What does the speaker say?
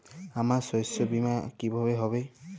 আমার শস্য বীমা কিভাবে হবে?